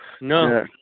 No